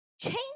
Change